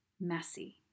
messy